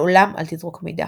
לעולם אל תזרוק מידע,